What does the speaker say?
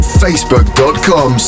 facebook.com